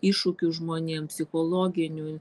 iššūkių žmonėms psichologinių